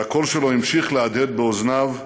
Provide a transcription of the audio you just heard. והקול שלו המשיך להדהד באוזניו,